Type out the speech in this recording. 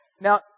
now